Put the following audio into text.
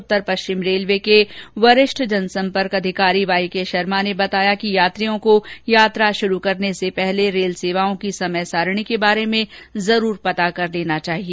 उत्तर पश्चिम रेलवे के वरिष्ठ जनसंपर्क अधिकारी वाईके शर्मा ने बताया कि यात्रियों को यात्रा शुरू करने से पहले रेल सेवाओं की समय सारणी के बारे में जरूर पता कर लेना चाहिए